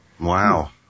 Wow